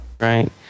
Right